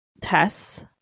tests